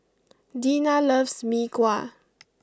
Deena loves Mee Kuah